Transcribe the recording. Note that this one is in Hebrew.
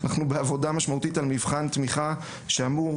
לכן אנחנו בעבודה משמעותית על מבחן תמיכה שאמור